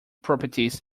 properties